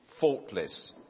faultless